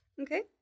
okay